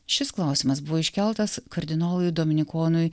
šis klausimas buvo iškeltas kardinolui dominikonui